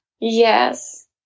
yes